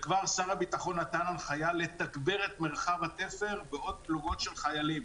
וכבר שר הביטחון נתן הנחיה לתגבר את מרחב התפר בעוד פלוגות של חיילים.